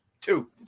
two